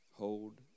Hold